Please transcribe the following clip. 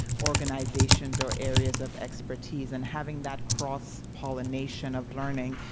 organizations or areas of expertise and having that cross-pollination of learning,